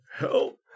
help